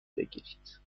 بگیرید